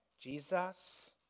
Jesus